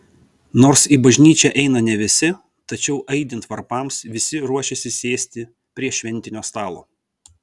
nors į bažnyčią eina ne visi tačiau aidint varpams visi ruošiasi sėsti prie šventinio stalo